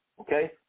Okay